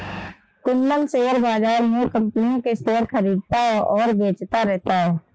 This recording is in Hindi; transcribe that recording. कुंदन शेयर बाज़ार में कम्पनियों के शेयर खरीदता और बेचता रहता है